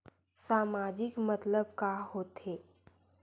सामाजिक मतलब का होथे?